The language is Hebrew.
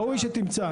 ראוי שתמצא.